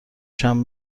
شبه